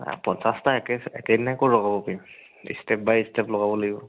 পঞ্চাছটাে একে একেদিনাই ক'ত লগাব পাৰিম ষ্টেপ বাই ষ্টেপ লগাব লাগিব